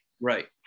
right